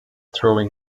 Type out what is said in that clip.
throwing